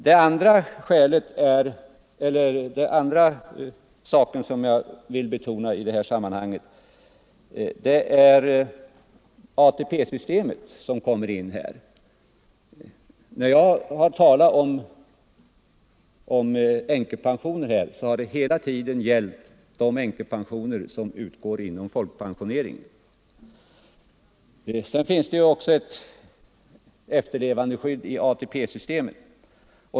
Det andra som kommer in i det här sammanhanget är ATP-systemet. När jag har talat om änkepensioner har det hela tiden tiden gällt de änkepensioner som utgår inom folkpensioneringen. Det finns ju också ett efterlevandeskydd i ATP-systemet.